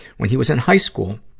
when he was in high school,